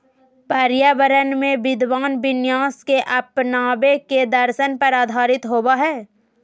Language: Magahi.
पर्यावरण में विद्यमान विन्यास के अपनावे के दर्शन पर आधारित होबा हइ